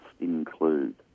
include